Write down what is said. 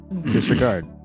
Disregard